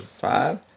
five